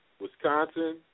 Wisconsin –